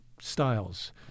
styles